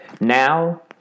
Now